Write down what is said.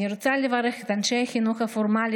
אני רוצה לברך את אנשי החינוך הפורמלי